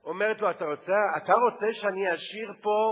אומרת לו: אתה רוצה שאני אשיר פה,